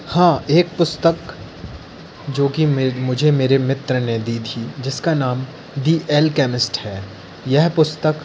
हाँ एक पुस्तक जो की मुझे मेरे मित्र ने दी थी जिसका नाम दी एलकेमिस्ट है यह पुस्तक